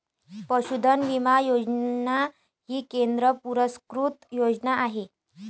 पशुधन विमा योजना ही केंद्र पुरस्कृत योजना आहे